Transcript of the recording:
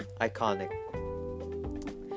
iconic